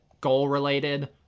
goal-related